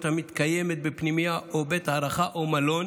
מתקיימת בפנימייה או בית הארחה או מלון.